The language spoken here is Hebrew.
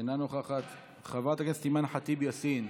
אינה נוכחת, חברת הכנסת אימאן ח'טיב יאסין,